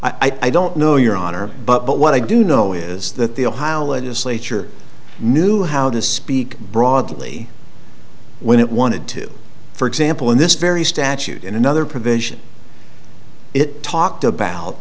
reasons i don't know your honor but what i do know is that the ohio legislature knew how to speak broadly when it wanted to for example in this very statute in another provision it talked about